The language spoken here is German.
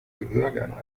gehörgang